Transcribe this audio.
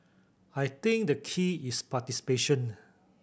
I think the key is participation